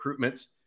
recruitments